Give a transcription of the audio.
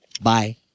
bye